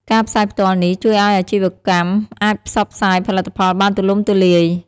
ការ ផ្សាយផ្ទាល់ នេះជួយឱ្យអាជីវកម្មអាចផ្សព្វផ្សាយផលិតផលបានទូលំទូលាយ។